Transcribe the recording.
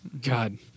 God